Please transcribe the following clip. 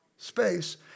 space